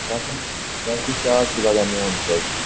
تۄہہِ کُتھ شاٹ چھُ لَگان میون خۄش